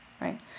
right